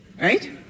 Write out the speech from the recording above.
right